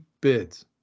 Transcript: bids